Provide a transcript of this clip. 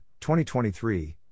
2023